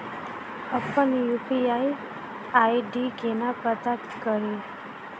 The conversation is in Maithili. अप्पन यु.पी.आई आई.डी केना पत्ता कड़ी?